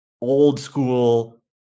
old-school